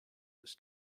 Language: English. this